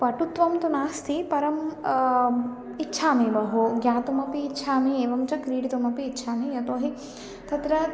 पटुत्वं तु नास्ति परम् इच्छामि बहु ज्ञातुम् अपि इच्छामि एवं च क्रीडितुमपि इच्छामि यतो हि तत्र